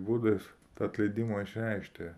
būdais tą atleidimą išreikšti